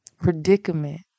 predicament